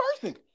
person